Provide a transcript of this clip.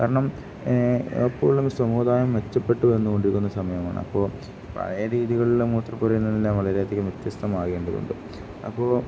കാരണം ഏ എപ്പോഴും സമുദായം മെച്ചപ്പെട്ടു വന്നുകൊണ്ടിരിക്കുന്ന സമയമാണ് അപ്പോൾ പഴയ രീതികളിലെ മൂത്രപ്പുര എന്നെല്ലാം വളരെയധികം വ്യത്യസ്തമാകേണ്ടതുണ്ട് അപ്പോൾ